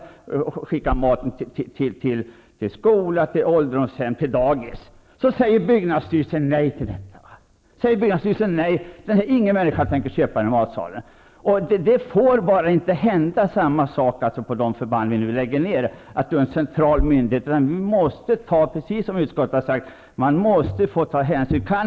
Sedan skulle man skicka mat till skolan, ålderdomshem och dagis. Men så säger byggnadsstyrelsen nej till detta! Man säger nej, fast ingen människa tänker köpa den matsalen. Samma sak får inte hända på de förband som nu läggs ned. Precis som utskottet har sagt måste man ta hänsyn till personalen, om man kan anställa den på något sätt.